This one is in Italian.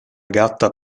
gatta